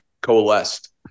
coalesced